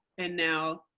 and now